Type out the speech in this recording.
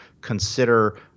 consider